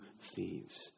thieves